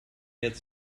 jetzt